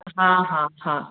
हा हा हा